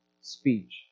speech